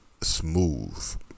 smooth